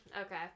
Okay